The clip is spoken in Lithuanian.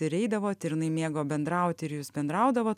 ir eidavot ir jinai mėgo bendrauti ir jūs bendraudavot